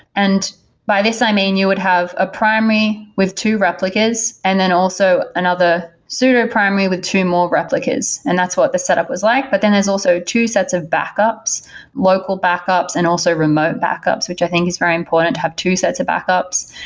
and by this, i mean, you would have a primary with two replicas and then also another pseudo-primary with two more replicas, and that's what the setup was like, but then there's also two sets of backups local backups and also remote backups, which i think is very important to have two sets of backups.